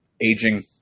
aging